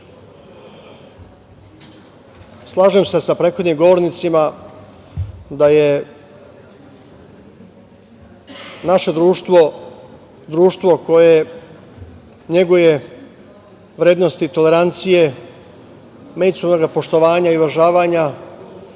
se sa prethodnim govornicima da je naše društvo društvo koje neguje vrednosti tolerancije, međusobnog poštovanja i uvažavanja,